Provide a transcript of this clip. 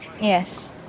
Yes